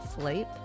Sleep